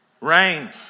rain